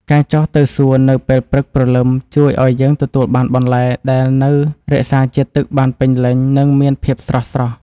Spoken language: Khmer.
ការចុះទៅសួននៅពេលព្រឹកព្រលឹមជួយឱ្យយើងទទួលបានបន្លែដែលនៅរក្សាជាតិទឹកបានពេញលេញ និងមានភាពស្រស់ៗ។